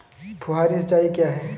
फुहारी सिंचाई क्या है?